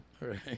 right